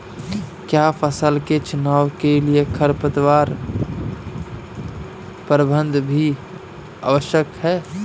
क्या फसल के चुनाव के लिए खरपतवार प्रबंधन भी आवश्यक है?